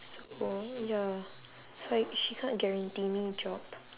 so ya so she can't guarantee me job